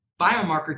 biomarker